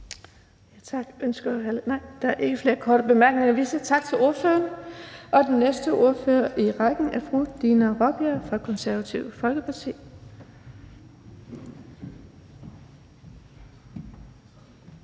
Der er ikke flere korte bemærkninger. Vi siger tak til ordføreren. Den næste ordfører i rækken er fru Dina Raabjerg fra Det Konservative Folkeparti. Kl.